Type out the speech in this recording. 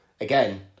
again